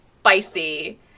spicy